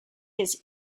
his